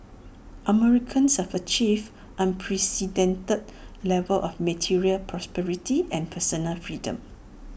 Americans have achieved unprecedented levels of material prosperity and personal freedom